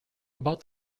about